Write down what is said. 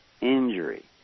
injury